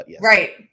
right